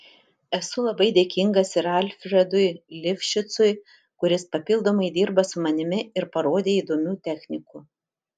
esu labai dėkingas ir alfredui lifšicui kuris papildomai dirba su manimi ir parodė įdomių technikų